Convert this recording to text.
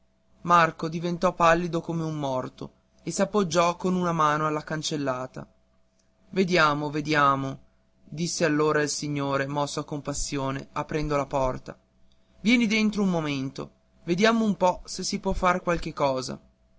marco diventò pallido come un morto e s'appoggiò con una mano alla cancellata vediamo vediamo disse allora il signore mosso a compassione aprendo la porta vieni dentro un momento vediamo un po se si può far qualche cosa